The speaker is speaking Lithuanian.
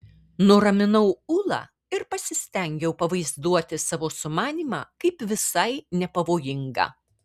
nuraminau ulą ir pasistengiau pavaizduoti savo sumanymą kaip visai nepavojingą